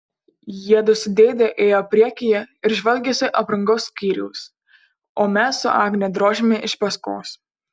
jiedu su dėde ėjo priekyje ir žvalgėsi aprangos skyriaus o mes su agne drožėme iš paskos